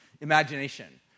imagination